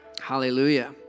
Hallelujah